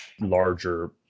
larger